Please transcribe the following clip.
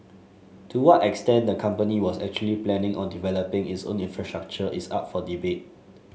to what extent the company was actually planning on developing its own infrastructure is up for debate